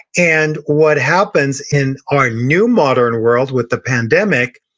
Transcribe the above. and what happens in our new modern world, with the pandemic,